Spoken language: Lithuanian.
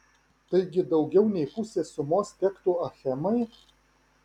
taigi daugiau nei pusė sumos tektų achemai